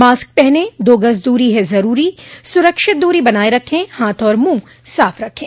mask पहनें दो गज दूरी है जरूरी सुरक्षित दूरी बनाए रखें हाथ और मुंह साफ रखें